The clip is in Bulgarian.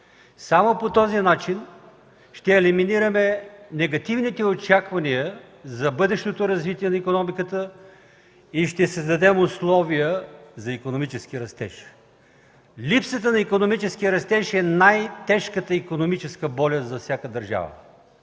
Само по този начин ще елиминираме негативните очаквания за бъдещото развитие на икономика и ще създадем условия за икономически растеж. Липсата на икономически растеж е най-тежката икономическа болест за всяка държава.